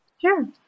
Sure